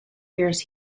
years